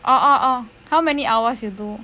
oh oh oh how many hours you do